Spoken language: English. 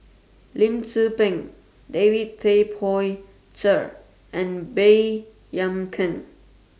Lim Tze Peng David Tay Poey Cher and Baey Yam Keng